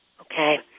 Okay